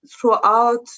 throughout